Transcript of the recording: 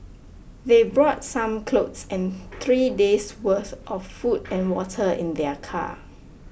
they brought some clothes and three days' worth of food and water in their car